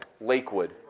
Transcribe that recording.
Lakewood